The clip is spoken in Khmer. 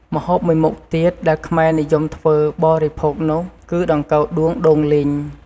ម្ហូបមួយមុខទៀតដែលខ្មែរនិយមធ្វើបរិភោគនោះ គឺដង្កូវដួងដូងលីង។